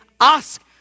Ask